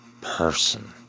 person